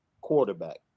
quarterback